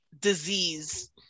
disease